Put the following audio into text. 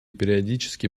периодически